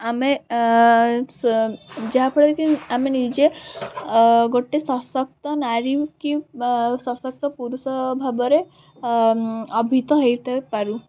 ଆମେ ଯାହାଫଳରେ କି ଆମେ ନିଜେ ଗୋଟେ ସଶକ୍ତ ନାରୀ କି ସଶକ୍ତ ପୁରୁଷ ଭାବରେ ଅଭିହିତ ହୋଇଥାଇପାରୁ